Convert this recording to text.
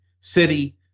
City